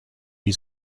wie